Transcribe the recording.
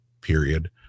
period